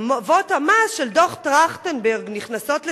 "הטבות המס של דוח-טרכטנברג נכנסות לתוקפן",